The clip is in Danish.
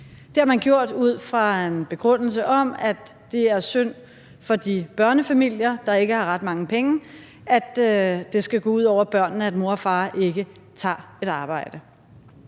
Det har man gjort ud fra en begrundelse om, at det er synd for de børnefamilier, der ikke har ret mange penge, at det skal gå ud over børnene, at mor og far ikke tager et arbejde.